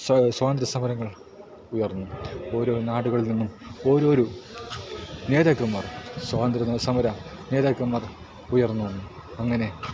സ്വാതന്ത്ര്യസമരങ്ങൾ ഉയർന്നു ഓരോ നാടുകളിൽ നിന്നും ഓരോരോ നേതാക്കന്മാർ സ്വാതന്ത്ര്യ സമര നേതാക്കൻമാർ ഉയർന്നു വന്നു അങ്ങനെ